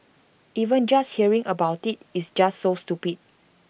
even just hearing about IT is just so stupid